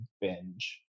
binge